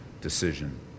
Decision